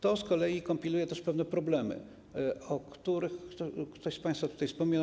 To z kolei kompiluje też pewne problemy, o których ktoś z państwa wspominał.